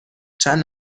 چند